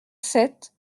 sept